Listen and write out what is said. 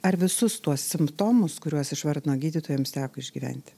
ar visus tuos simptomus kuriuos išvardino gydytoja jums teko išgyventi